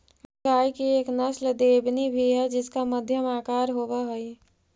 गाय की एक नस्ल देवनी भी है जिसका मध्यम आकार होवअ हई